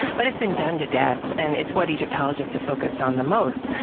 but it's been done to death and it's what egyptologists have focused on the most.